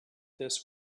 this